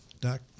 Doc